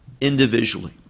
individually